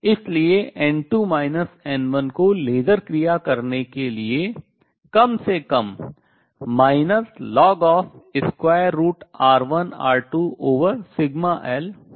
इसलिए n2 n1 को laser क्रिया करने के लिए कम से कम -ln√ σl होना चाहिए